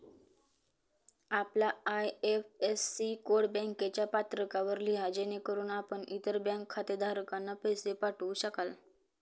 आपला IFSC code बँकेच्या पत्रकावर लिहा जेणेकरून आपण इतर बँक खातेधारकांना पैसे पाठवू शकाल